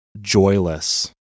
joyless